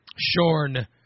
shorn